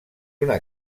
una